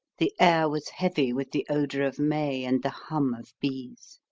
the air was heavy with the odour of may and the hum of bees.